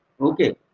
Okay